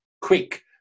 quick